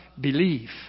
believe